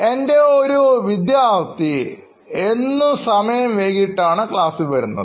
എൻറെ ഒരു വിദ്യാർഥി എന്നുംസമയം വൈകീട്ടാണ് ക്ലാസ്സിൽ വരുന്നത്